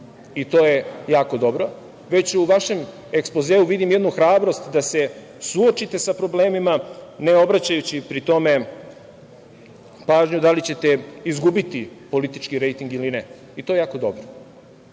i to je jako dobro, već u vašem ekspozeu vidim jednu hrabrost da se suočite sa problemima ne obraćajući pri tome pažnju da li ćete izgubiti politički rejting ili ne i to je jako dobro. Ovo